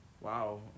wow